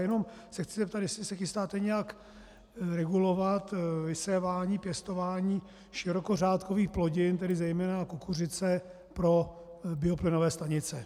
Jenom se chci zeptat, jestli se chystáte nějak regulovat vysévání, pěstování širokořádkových plodin, tedy zejména kukuřice, pro bioplynové stanice.